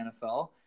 NFL